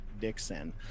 dixon